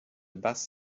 basse